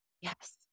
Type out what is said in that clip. Yes